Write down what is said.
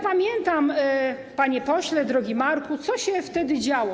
Pamiętam, panie pośle, drogi Marku, co się wtedy działo.